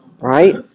Right